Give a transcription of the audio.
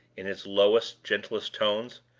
in his lowest, gentlest tones.